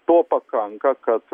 to pakanka kad